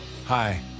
Hi